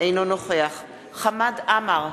אינו נוכח חמד עמאר,